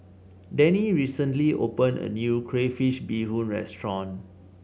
Denny recently opened a new Crayfish Beehoon Restaurant